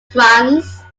france